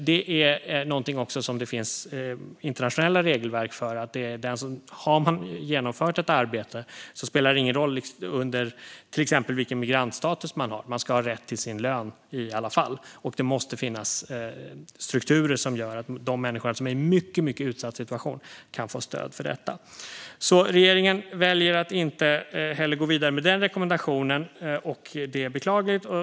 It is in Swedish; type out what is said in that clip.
Det finns också internationella regelverk som säger att om man har genomfört ett arbete spelar det till exempel ingen roll vilken migrantstatus man har, utan man ska i alla fall ha rätt till sin lön. Och det måste finnas strukturer som gör att de människor som är i en mycket utsatt situation kan få stöd för detta. Regeringen väljer att inte heller gå vidare med den rekommendationen, och det är beklagligt.